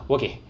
Okay